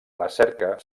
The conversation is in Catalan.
recerca